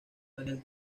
daniel